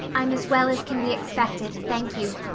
i'm as well as can be expected, thank you,